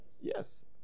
Yes